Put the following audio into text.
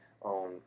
on